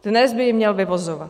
Dnes by ji měl vyvozovat.